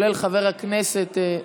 שהוכרזה מחלה מידבקת מסוכנת (תיקוני חקיקה),